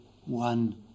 one